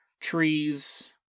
Trees